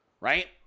Right